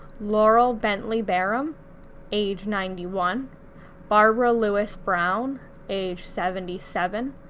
laurel bentleybearham age ninety one barbara lewis brown age seventy seven,